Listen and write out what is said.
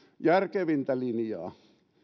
järkevintä linjaa